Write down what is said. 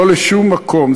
לא לשום מקום,